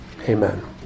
Amen